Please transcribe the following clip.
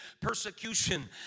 persecution